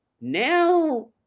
now